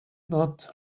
not